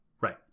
Right